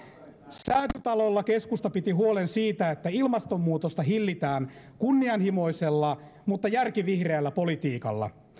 säätytalolla keskusta piti huolen siitä että ilmastonmuutosta hillitään kunnianhimoisella mutta järkivihreällä politiikalla